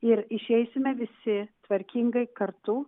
ir išeisime visi tvarkingai kartu